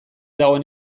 dagoen